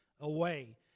away